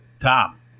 Tom